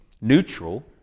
neutral